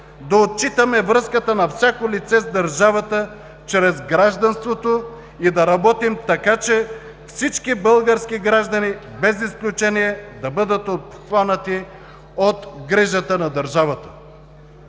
да отчитаме връзката на всяко лице с държавата чрез гражданството и да работим така, че всички български граждани без изключение да бъдат обхванати от грижата на държавата.